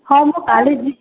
ହଁ ମୁଁ କାଲି ଯିବି